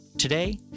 Today